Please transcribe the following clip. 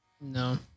no